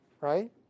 right